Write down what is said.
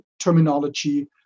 terminology